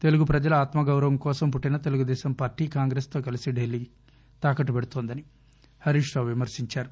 తెలుగు ప్రజల ఆత్మగౌరవం కోసం పుట్టిన తెలుగుదేశం పార్టీ కాంగ్రెస్తో కలిసి ఢిల్లీకి తాకట్టు పెడుతోందని హరీష్ రావు విమర్శించారు